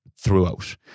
throughout